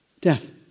Death